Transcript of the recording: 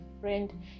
friend